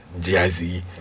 GIZ